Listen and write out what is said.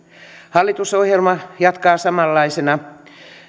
hallitusohjelma jatkaa samanlaisena